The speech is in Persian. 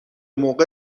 موقع